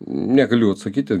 negaliu atsakyti